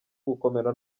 gukomera